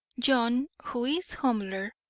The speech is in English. john, who is humbler,